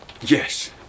Yes